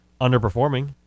underperforming